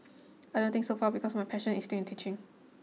I didn't think so far because my passion is still in teaching